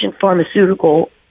pharmaceutical